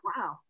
wow